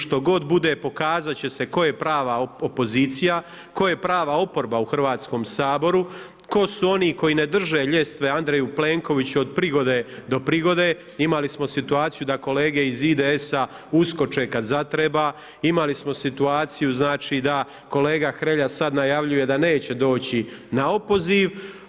Što god bude pokazat će se tko je prava opozicija, tko je prava oporba u Hrvatskom saboru, tko su oni koji ne drže ljestve Andreju Plenkoviću od prigode do prigode, imali smo situaciju da kolege iz IDS-a uskoče kad zatreba, imali smo situaciju da kolega Hrelja sad najavljuje da neće doći na opoziv.